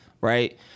Right